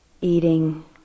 eating